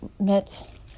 met